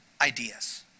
ideas